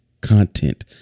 content